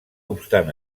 obstant